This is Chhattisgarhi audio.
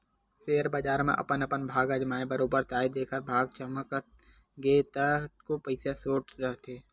सेयर बजार म अपन अपन भाग अजमाय बरोबर ताय जेखर भाग चमक गे ता कतको पइसा सोट डरथे